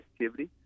activity